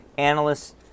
Analysts